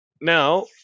Now